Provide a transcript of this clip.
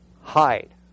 hide